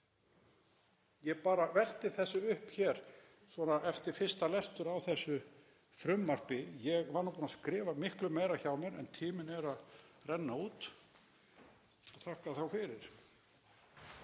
Ég bara velti þessu upp hér svona eftir fyrsta lestur á þessu frumvarpi. Ég var nú búinn að skrifa miklu meira hjá mér en tíminn er að renna út og ég þakka þá fyrir.